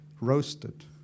Roasted